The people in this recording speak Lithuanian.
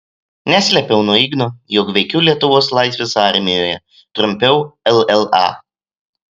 neslėpiau nuo igno jog veikiu lietuvos laisvės armijoje trumpiau lla